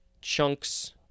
chunks